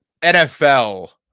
NFL